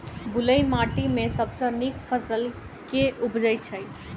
बलुई माटि मे सबसँ नीक फसल केँ उबजई छै?